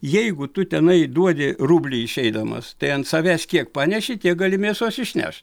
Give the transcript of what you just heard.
jeigu tu tenai duodi rublį išeidamas tai ant savęs kiek paneši tiek gali mėsos išnešt